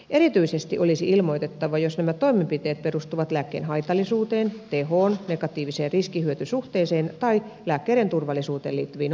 erityisesti olisi ilmoitettava jos nämä toimenpiteet perustuvat lääkkeen haitallisuuteen tehoon negatiiviseen riskihyöty suhteeseen tai lääkkeiden turvallisuuteen liittyviin ongelmiin